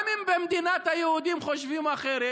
גם אם במדינת היהודים חושבים אחרת,